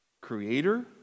creator